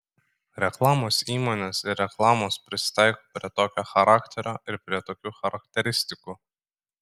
reklamos įmonės ir reklamos prisitaiko prie tokio charakterio ir prie tokių charakteristikų